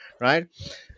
right